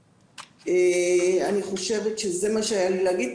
אני חושבת שזה מה שהיה לי להגיד,